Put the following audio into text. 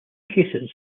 cases